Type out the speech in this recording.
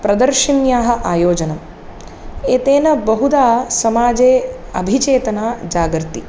प्रदर्शिन्याः आयोजनम् एतेन बहुधा समाजे अभिचेतना जागर्ति